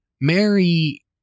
Mary